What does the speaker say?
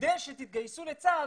כדי שתתגייסו לצה"ל,